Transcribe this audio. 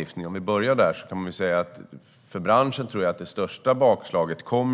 I fråga om vår egen lagstiftning kom det största bakslaget för